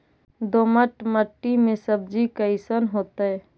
दोमट मट्टी में सब्जी कैसन होतै?